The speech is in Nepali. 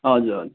हजुर हजुर